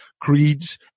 creeds